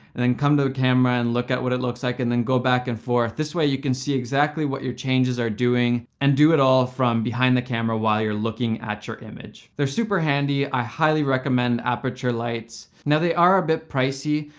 and then come to the camera, and then look at what it looks like, and then go back and forth. this way you can see exactly what your changes are doing, and do it all from behind the camera while you're looking at your image. they're super handy, i highly recommend aputure lights. now they are a bit pricey,